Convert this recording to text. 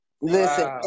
Listen